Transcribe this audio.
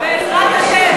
בעזרת השם.